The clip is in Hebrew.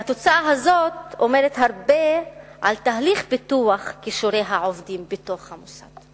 והתוצאה הזאת אומרת הרבה על תהליך פיתוח כישורי העובדים בתוך המוסד.